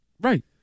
Right